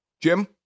Jim